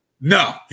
No